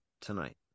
tonight